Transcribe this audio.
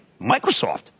Microsoft